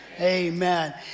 Amen